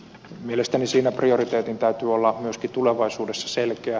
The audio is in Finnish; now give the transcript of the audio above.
mielestäni siinä prioriteetin täytyy olla myöskin tulevaisuudessa selkeä